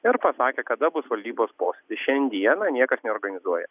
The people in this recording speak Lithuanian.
ir pasakė kada bus valdybos posėdis šiandieną niekas neorganizuoja